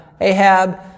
Ahab